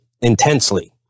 intensely